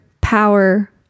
power